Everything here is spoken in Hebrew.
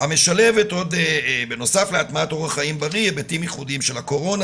המשלבת בנוסף להטמעת אורח חיים בריא היבטים ייחודיים של הקורונה,